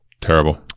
terrible